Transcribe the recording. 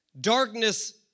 darkness